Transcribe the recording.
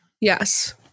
yes